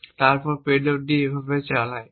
এবং তারপরে পেলোডটি এভাবে চালায়